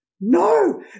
no